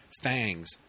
Fangs